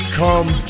come